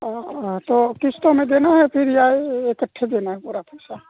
تو قسطوں میں دینا ہے پھر یا اکٹھے دینا ہے پورا پیسہ